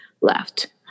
left